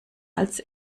als